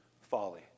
folly